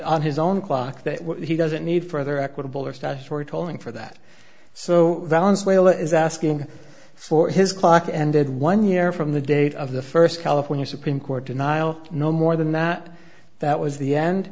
on his own clock that he doesn't need further equitable or status or tolling for that so valens whale is asking for his clock ended one year from the date of the first california supreme court denial no more than that that was the end